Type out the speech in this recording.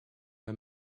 her